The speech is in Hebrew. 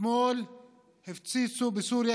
אתמול הפציצו בסוריה.